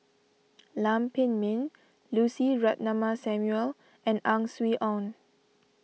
Lam Pin Min Lucy Ratnammah Samuel and Ang Swee Aun